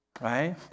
right